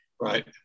right